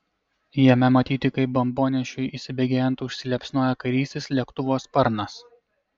jame matyti kaip bombonešiui įsibėgėjant užsiliepsnoja kairysis lėktuvo sparnas